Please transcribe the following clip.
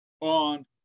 on